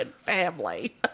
family